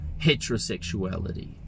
heterosexuality